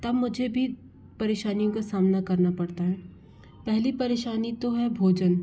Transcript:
तब मुझे भी परेशानियों का सामना करना पड़ता है पहली परेशानी तो है भोजन